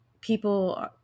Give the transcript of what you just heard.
people